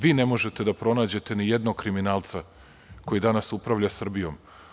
Vi ne možete da pronađete ni jednog kriminalca koji danas upravlja Srbijom.